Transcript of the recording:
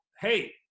hey